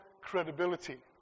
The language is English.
credibility